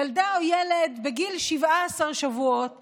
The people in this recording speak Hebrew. ילדה או ילד בגיל 17 שבועות